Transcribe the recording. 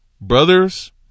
Brothers